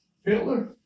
Hitler